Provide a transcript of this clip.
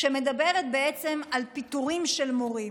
מדברת על פיטורים של מורים.